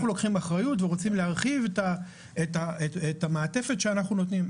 אנחנו לוקחים אחריות ורוצים להרחיב את המעטפת שאנחנו נותנים.